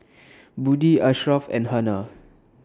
Budi Ashraf and Hana